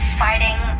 fighting